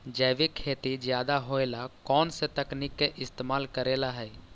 जैविक खेती ज्यादा होये ला कौन से तकनीक के इस्तेमाल करेला हई?